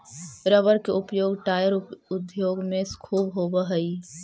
rubber के उपयोग tyre उद्योग में ख़ूब होवऽ हई